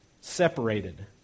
separated